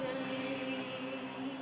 really